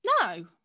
no